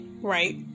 right